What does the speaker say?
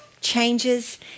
Changes